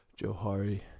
Johari